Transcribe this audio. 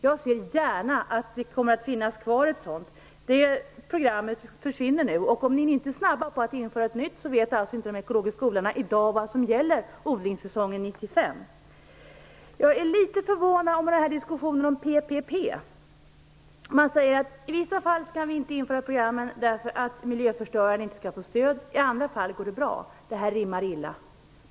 Jag ser gärna att det kommer att finnas kvar ett sådant stöd. Det programmet försvinner nu. Om ni inte är snabba med att införa ett nytt stöd vet alltså inte de ekologiska odlarna i dag vad som gäller för odlingssäsongen 1995. Jag är litet förvånad över diskussionen om PPP. Man säger att vi i vissa fall inte kan införa programmen därför att miljöförstörarna inte skall få stöd, i andra fall går det bra. Det här rimmar illa.